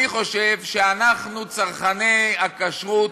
אני חושב שלנו, צרכני הכשרות,